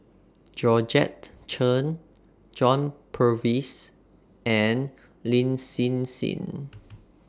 Georgette Chen John Purvis and Lin Hsin Hsin